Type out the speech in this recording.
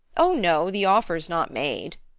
oh, no the offer's not made.